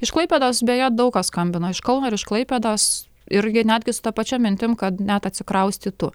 iš klaipėdos beje daug kas skambino iš kauno ir iš klaipėdos irgi netgi su ta pačia mintim kad net atsikraustytų